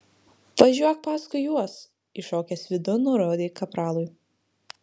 važiuok paskui juos įšokęs vidun nurodė kapralui